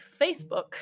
Facebook